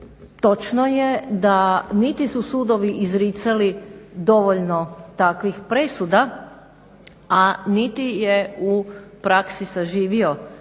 Točno je da niti su sudovi izricali dovoljno takvih presuda, a niti je u praksi saživio